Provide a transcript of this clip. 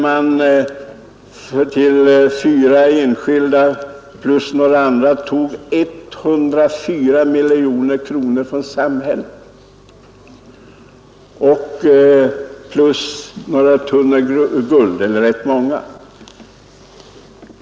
Man hade till fyra enskilda och några andra gett 104 miljoner kronor från samhället plus rätt många tunnor guld.